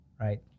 Right